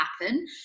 happen